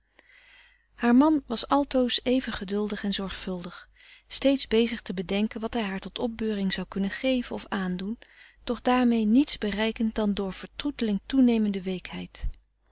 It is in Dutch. haar man was altoos even geduldig en zorgvuldig steeds bezig te bedenken wat hij haar tot opbeuring zou kunnen geven of aandoen doch daarmee niets bereikend dan door vertroeteling toenemende